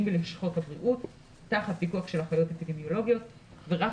בלשכות הבריאות תחת פיקוח של אחיות אפידמיולוגיות ורק